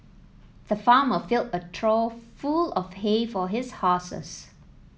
the farmer filled a trough full of hay for his horses